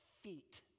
feet